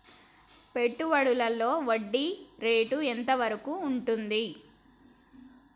పెట్టుబడులలో వడ్డీ రేటు ఎంత వరకు ఉంటది?